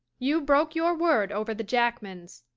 you broke your word over the jackmans.